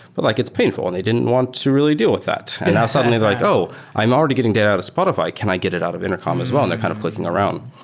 but like it's painful and they didn't want to really deal with that and now suddenly they're like, oh! i'm already getting data out of spotify. can i get it out of intercom as well? and they're kind of clicking around.